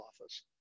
office